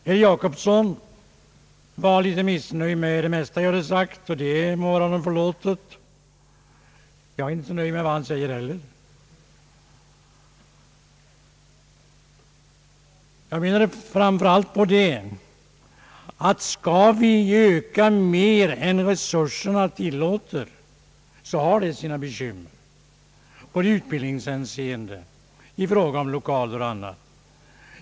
Herr Jacobsson var litet missnöjd med det mesta jag sagt, och det må vara honom förlåtet, jag är inte heller nöjd med vad han säger. Jag menar framför allt att om vi ökar antalet polistjänster mer än vad resurserna tillåter kommer det att medföra bekymmer när det gäller utbildning, lokaler och annat.